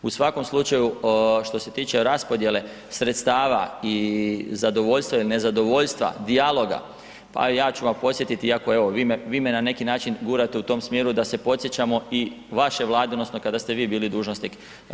U svakom slučaju što se tiče raspodjele sredstava i zadovoljstva i nezadovoljstva, dijaloga, pa ja ću vas podsjetiti iako evo, vi me na neki način gurate u tom smjeru da se podsjećamo i vaše Vlade odnosno kada ste i vi bili dužnosnik.